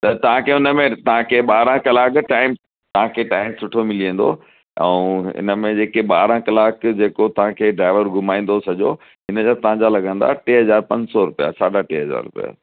त तव्हांखे हुन में तव्हांखे ॿारहं कलाक टाइम सुठो मिली वेंदो ऐं हिन में जेके ॿारहं कलाक तव्हांखे ड्राइवर घुमाईंदो सॼो हिन जा तव्हांजा लॻंदा टे हज़ार पंज सौ रुपया साढा टे हज़ार रुपया